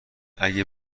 اگه